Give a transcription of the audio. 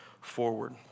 forward